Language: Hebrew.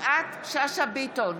יפעת שאשא ביטון,